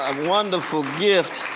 um wonderful gift